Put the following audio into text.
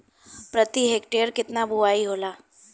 प्रति हेक्टेयर केतना बुआई होला?